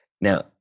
Now